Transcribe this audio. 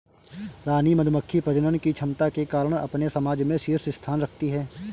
रानी मधुमक्खी प्रजनन की क्षमता के कारण अपने समाज में शीर्ष स्थान रखती है